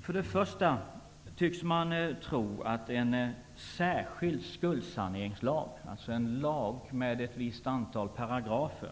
För det första tycks man tro att en särskild skuldsaneringslag - en lag med ett visst antal paragrafer